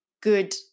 good